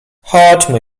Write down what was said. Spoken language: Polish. chodźmy